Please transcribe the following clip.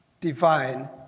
divine